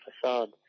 facade